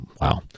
wow